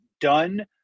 done